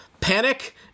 panic